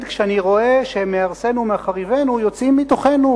כשאני רואה שמהרסינו ומחריבינו יוצאים מתוכנו,